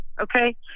okay